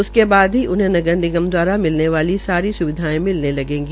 उनके बाद ही इन्हें नगर निगम द्वारा मिलने वाली सभी स्विधायें मिलने लगेगी